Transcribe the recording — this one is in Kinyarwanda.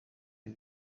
ibi